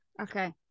Okay